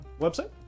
Website